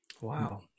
Wow